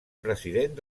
president